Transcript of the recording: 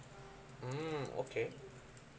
mm okay